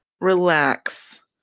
relax